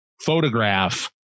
photograph